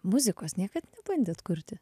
muzikos niekad nebandėt kurti